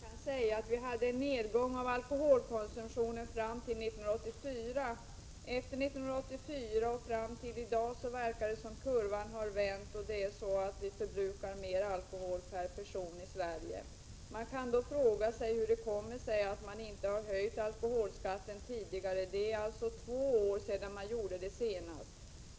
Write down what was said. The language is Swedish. Herr talman! Man kan säga att vi hade en nedgång av alkoholkonsumtionen fram till 1984. Efter 1984 och fram till i dag verkar det som om kurvan har vänt, och vi förbrukar mer alkohol per person i Sverige. Hur kommer det sig att alkoholskatten inte har höjts tidigare? Det är två år sedan man gjorde det senast.